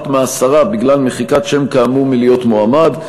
מעשרה בגלל מחיקת שם כאמור מלהיות מועמד,